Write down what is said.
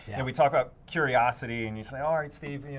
and we talk about curiosity and you say alright, steve,